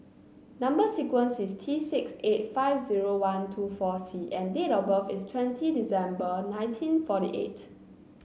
number sequence is T six eight five zero one two four C and date of birth is twenty December nineteen forty eight